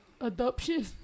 Adoption